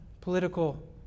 political